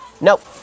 Nope